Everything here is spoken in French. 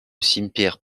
cimetière